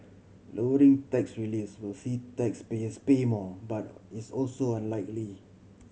lowering tax reliefs will see taxpayers pay more but is also unlikely